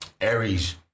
Aries